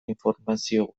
informazio